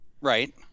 right